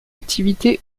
activité